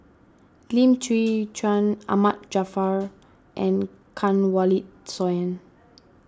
Lim Chwee Chian Ahmad Jaafar and Kanwaljit Soin